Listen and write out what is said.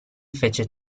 fece